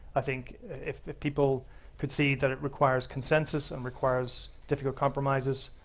i think. if people could see that it requires consensus and requires difficult compromises,